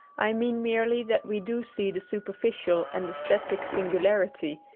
i mean merely that we do see the superficial and aesthetic singularity,